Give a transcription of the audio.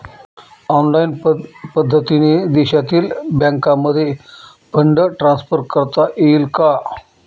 Online पद्धतीने देशातील बँकांमध्ये फंड ट्रान्सफर करता येईल का?